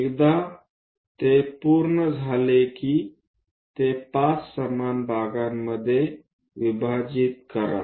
एकदा ते पूर्ण झाले की ते 5 समान भागामध्ये विभाजित करा